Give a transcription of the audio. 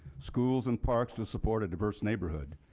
schools and parks to support a diverse neighborhood.